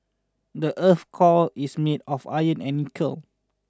the earth's core is made of iron and nickel